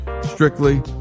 strictly